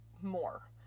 more